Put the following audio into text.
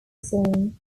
song